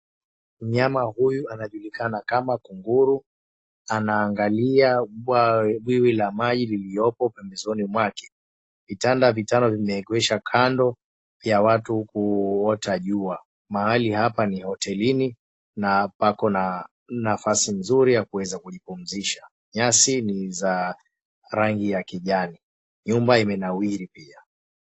Mnyama huyu anajulikana kama Kunguru , anaangalia maji iliyopo pembezoni mwake, vitanda vitano vimeegeshwa kando ya watu kuota jua. Mahali hapa ni hotelini na pako na nafasi nzuri ya kuweza kujipumzisha nyasi ni za rangi ya kijani nyumba imenawiri pia .